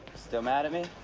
still mad at me?